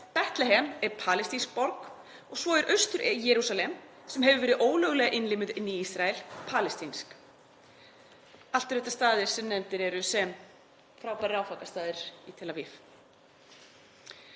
Betlehem er palestínsk borg og svo er Austur-Jerúsalem, sem hefur verið ólöglega innlimuð inn í Ísrael, palestínsk.“ — Allt eru þetta staðir sem nefndir eru sem frábærir áfangastaðir í Tel Aviv.